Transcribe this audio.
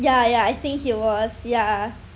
ya ya I think he was ya